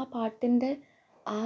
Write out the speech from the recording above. ആ പാട്ടിൻ്റെ ആ